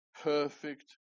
perfect